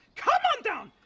come on down!